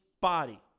body